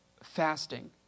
fasting